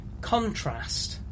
contrast